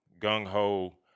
gung-ho